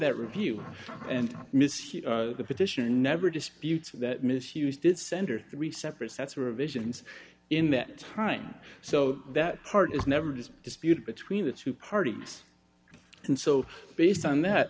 that review and the petition never disputes that misuse did center three separate sets were visions in that time so that part is never just a dispute between the two parties and so based on that